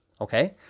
Okay